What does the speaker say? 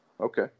Okay